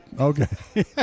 Okay